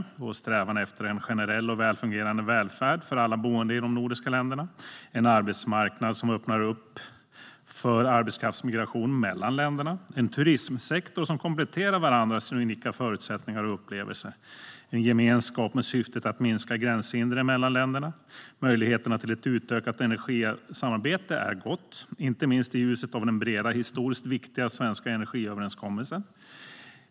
Vi har en gemensam strävan efter en generell och väl fungerande välfärd för alla boende i de nordiska länderna, en arbetsmarknad som öppnar för arbetskraftsmigration mellan länderna, en turismsektor som kompletterar varandras unika förutsättningar av upplevelser och en gemenskap med syftet att minska gränshindren mellan länderna. Möjligheterna till ett utökat energisamarbete är gott, inte minst i ljuset av den breda, historiskt viktiga, svenska energiöverenskommelsen.